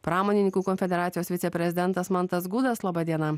pramonininkų konfederacijos viceprezidentas mantas gudas laba diena